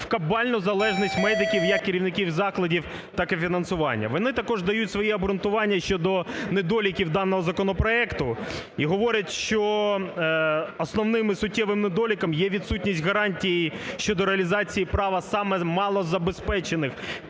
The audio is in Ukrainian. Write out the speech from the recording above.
в кабальну залежність медиків, як керівників закладів, так і фінансування. Вони також дають своє обґрунтування щодо недоліків даного законопроекту і говорять, що основним і суттєвим недоліком є відсутність гарантії щодо реалізації права саме малозабезпечених